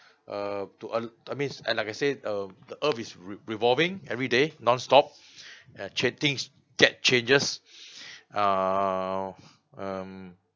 uh to uh I means and like I said um the earth is r~ revolving every day nonstop and ch~ things get changes err um